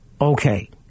Okay